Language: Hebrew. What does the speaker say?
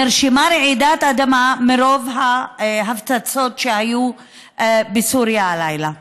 נרשמה רעידת אדמה מרוב ההפצצות שהיו בסוריה הלילה.